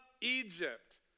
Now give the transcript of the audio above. Egypt